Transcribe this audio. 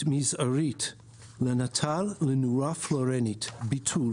מזערית לנטל לנורה פלואורנית) (ביטול),